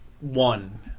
One